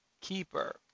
Keeper